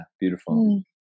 beautiful